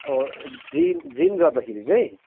ओ drink drink गर्दाखेरि चाहिँ